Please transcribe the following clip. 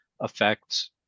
affects